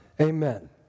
Amen